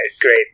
great